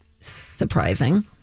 Surprising